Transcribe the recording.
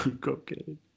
Cocaine